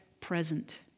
present